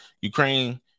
Ukraine